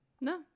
No